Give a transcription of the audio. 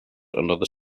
another